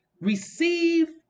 receive